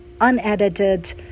unedited